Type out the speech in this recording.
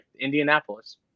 Indianapolis